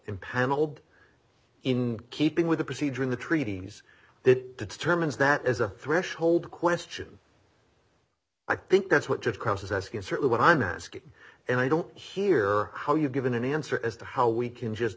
impaneled in keeping with the procedure in the treaties that determines that is a threshold question i think that's what just cross is asking certainly what i'm asking and i don't hear how you've given an answer as to how we can just